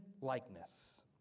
likeness